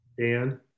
Dan